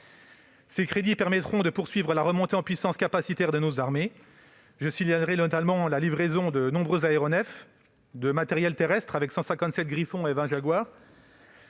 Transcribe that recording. Ces crédits permettront de poursuivre la remontée en puissance capacitaire de nos armées. Je signale notamment la livraison de nombreux aéronefs et matériels terrestres avec 157 blindés Griffon et 20 blindés